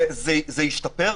זה ישתפר.